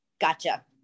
Gotcha